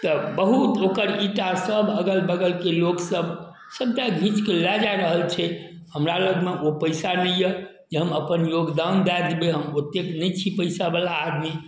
तऽ बहुत ओकर ईंटासब अगलबगलके लोकसब सबटा घीचिकऽ लऽ जा रहल छै हमरालगमे ओ पइसा नहि अइ जे हम अपन योगदान दऽ देबै हम ओतेक नहि छी पइसावला आदमी